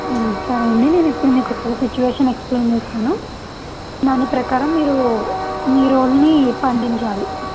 సరే అండి నేను ఇప్పుడు మీకు సిట్యుయేషన్ ఎక్స్ప్లేయిన్ చేస్తాను దాని ప్రకారం మీరు మీ రోల్ని పంపించాలి